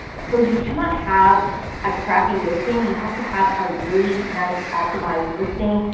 so you cannot have a crappy listing. you have to have a really nice optimized listing.